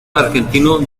argentino